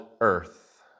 earth